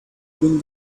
bring